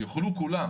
יוכלו כולם,